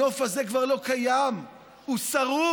הנוף הזה כבר לא קיים, הוא שרוף,